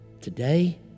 Today